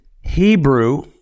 Hebrew